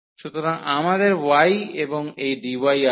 সুতরাং আমাদের y এবং এই dy আছে